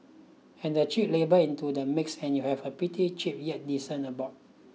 add the cheap labour into the mix and you'd have a pretty cheap yet decent abode